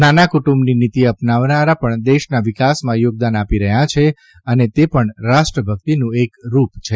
નાના કુટુંબની નીતી અપનાવનારા પણ દેશના વિકાસમાં યોગદાન આપી રહયાંં છે અને તે પણ રાષ્ટ્રભકિતનું એક રૂપ છે